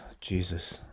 Jesus